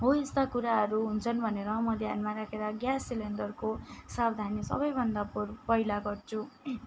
हो यस्ता कुराहरू हुन्छन् भनेर मैले ध्यानमा राखेर ग्यास सिलिन्डरको सावधानी सबैभन्दा पूर्व पहिला गर्छु